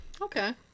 Okay